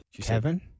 Kevin